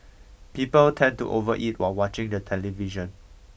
people tend to overeat while watching the television